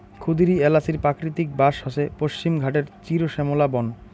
ক্ষুদিরী এ্যালাচির প্রাকৃতিক বাস হসে পশ্চিমঘাটের চিরশ্যামলা বন